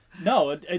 No